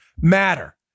matter